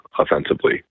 offensively